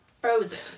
Frozen